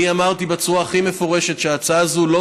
אני אמרתי בצורה הכי מפורשת שההצעה הזאת לא